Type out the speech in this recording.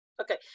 Okay